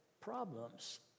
problems